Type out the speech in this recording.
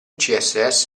css